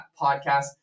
podcast